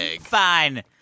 Fine